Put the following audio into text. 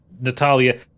Natalia